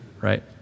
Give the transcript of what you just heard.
right